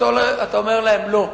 אתה אומר להם: לא.